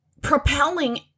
propelling